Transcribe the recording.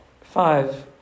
Five